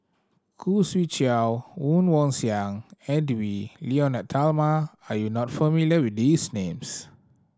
Khoo Swee Chiow Woon Wah Siang Edwy Lyonet Talma are you not familiar with these names